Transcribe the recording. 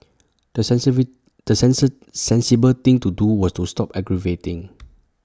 the sensibly the sensor sensible thing to do was to stop aggravating